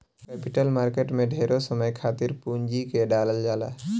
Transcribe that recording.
capital market में ढेरे समय खातिर पूंजी के डालल जाला